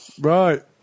right